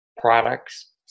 products